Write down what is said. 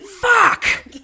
fuck